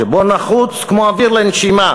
שבו נחוץ כמו אוויר לנשימה,